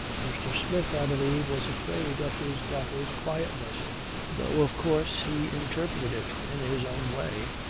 mr. smith i believe was afraid of his daughter's quietness though of course he interpreted it in his own way.